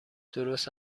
درست